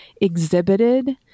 exhibited